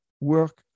work